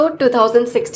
2016